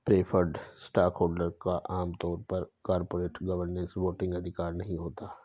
preferred stockholder का आम तौर पर कॉरपोरेट गवर्नेंस में वोटिंग अधिकार नहीं होता है